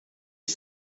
ich